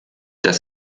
dass